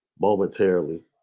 momentarily